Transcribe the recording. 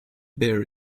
bear